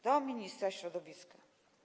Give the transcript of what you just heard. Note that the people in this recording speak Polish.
Do ministra środowiska.